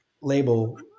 label